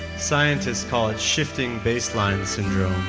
scientists call it shifting baseline syndrome.